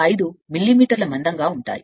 5 మిల్లీమీటర్ల మందంగా ఉంటాయి మరియు